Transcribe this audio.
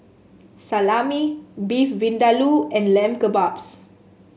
Salami Beef Vindaloo and Lamb Kebabs